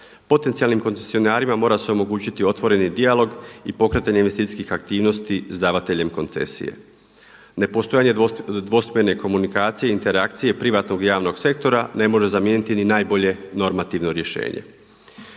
Potencijalnim koncesionarima mora se omogućiti otvoreni dijalog i pokretanje investicijskih aktivnosti s davateljem koncesije. Nepostojanje dvosmjerne komunikacije interakcije privatnog i javnog sektora ne može zamijeniti ni najbolje normativno rješenje.